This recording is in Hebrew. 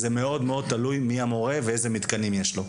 זה מאוד תלוי מי המורה ואיזה מתקנים יש לו.